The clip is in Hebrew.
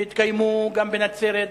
שהתקיימו בנצרת,